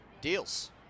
deals